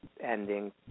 ending